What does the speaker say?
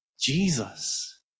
Jesus